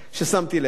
ששמתי לב אליו,